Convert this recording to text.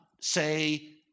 say